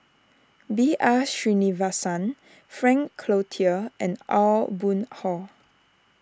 B R Sreenivasan Frank Cloutier and Aw Boon Haw